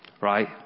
Right